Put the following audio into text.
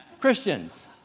Christians